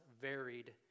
varied